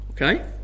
Okay